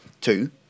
Two